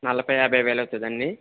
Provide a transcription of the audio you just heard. నలభై యాభై వేలు అవుతుందా అండి